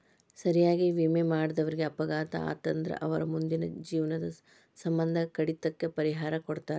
ಸರಿಯಾಗಿ ವಿಮೆ ಮಾಡಿದವರೇಗ ಅಪಘಾತ ಆತಂದ್ರ ಅವರ್ ಮುಂದಿನ ಜೇವ್ನದ್ ಸಮ್ಮಂದ ಕಡಿತಕ್ಕ ಪರಿಹಾರಾ ಕೊಡ್ತಾರ್